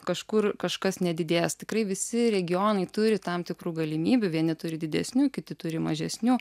kažkur kažkas nedidės tikrai visi regionai turi tam tikrų galimybių vieni turi didesnių kiti turi mažesnių